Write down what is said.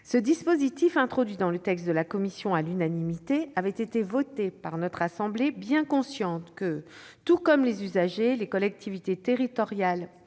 Ce dispositif, introduit dans le texte de la commission à l'unanimité, avait été voté par notre assemblée, bien consciente que, tout comme les usagers, les collectivités territoriales